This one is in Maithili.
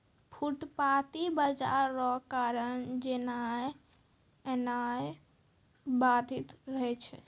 फुटपाटी बाजार रो कारण जेनाय एनाय बाधित रहै छै